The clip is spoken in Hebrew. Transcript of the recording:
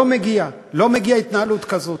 לא מגיעה, לא מגיעה התנהלות כזאת.